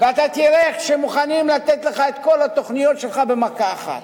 ואתה תראה איך מוכנים לתת לך את כל התוכניות שלך במכה אחת.